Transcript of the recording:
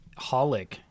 holic